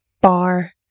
bar